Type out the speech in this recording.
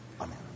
Amen